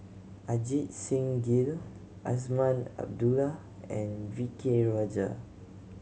Ajit Singh Gill Azman Abdullah and V K Rajah